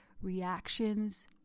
reactions